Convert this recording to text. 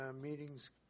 meetings